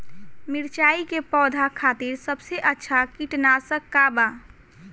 मिरचाई के पौधा खातिर सबसे अच्छा कीटनाशक का बा?